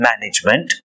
management